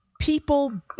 People